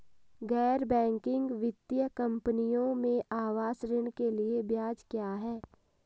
गैर बैंकिंग वित्तीय कंपनियों में आवास ऋण के लिए ब्याज क्या है?